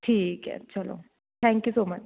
ਠੀਕ ਹੈ ਚਲੋ ਥੈਂਕ ਯੂ ਸੋ ਮਚ